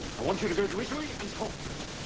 i want you to go to italy and talk to him.